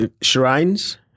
shrines